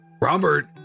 Robert